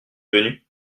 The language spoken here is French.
venue